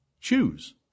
Choose